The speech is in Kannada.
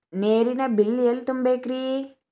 ನೇರಿನ ಬಿಲ್ ಎಲ್ಲ ತುಂಬೇಕ್ರಿ?